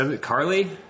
Carly